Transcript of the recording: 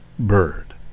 Bird